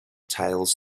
tales